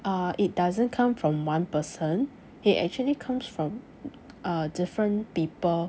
err it doesn't come from one person it actually comes from uh different people